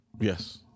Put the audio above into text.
Yes